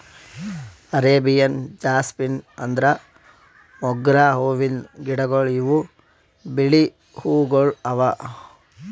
Arabian jasmine ಅಂದುರ್ ಮೊಗ್ರಾ ಹೂವಿಂದ್ ಗಿಡಗೊಳ್ ಇವು ಬಿಳಿ ಹೂವುಗೊಳ್ ಅವಾ